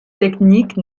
technique